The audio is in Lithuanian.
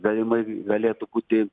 galimai galėtų būti